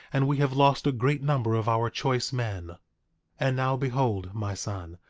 and we have lost a great number of our choice men and now behold, my son,